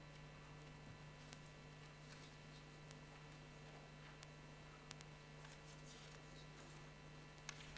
ההצעה להעביר את הנושא לוועדת העלייה,